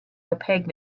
opaque